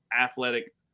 athletic